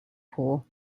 pool